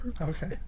Okay